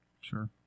Sure